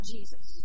Jesus